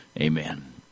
Amen